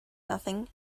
nothing